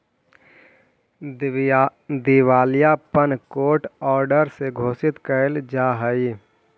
दिवालियापन court order से घोषित कैल जा हई